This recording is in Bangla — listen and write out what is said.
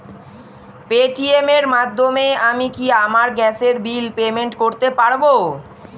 পেটিএম এর মাধ্যমে আমি কি আমার গ্যাসের বিল পেমেন্ট করতে পারব?